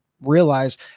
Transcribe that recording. realize